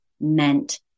meant